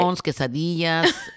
quesadillas